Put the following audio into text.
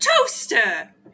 toaster